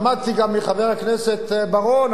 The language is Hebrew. למדתי גם מחבר הכנסת בר-און,